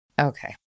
Okay